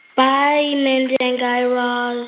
bye, mindy and guy raz um